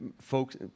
folks